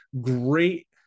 great